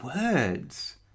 Words